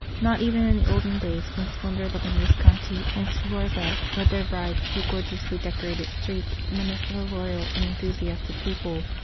not even in the olden days, when splendour loving visconti and sforza led their brides through gorgeously decorated streets in the midst of a loyal and enthusiastic people,